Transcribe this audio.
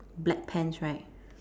black pants right